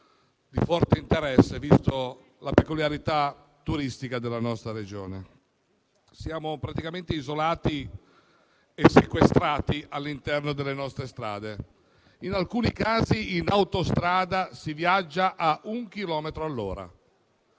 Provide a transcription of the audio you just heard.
di forte interesse, vista la peculiarità turistica della nostra Regione. Siamo praticamente isolati e sequestrati all'interno delle nostre strade. In alcuni casi, in autostrada, si viaggia a un chilometro all'ora.